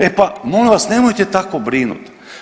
E pa molim vas, nemojte tako brinuti.